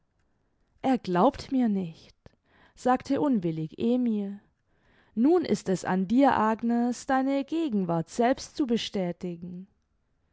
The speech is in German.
er glaubt mir nicht sagte unwillig emil nun ist es an dir agnes deine gegenwart selbst zu bestätigen